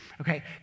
Okay